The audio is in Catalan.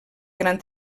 gran